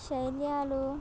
శైలులు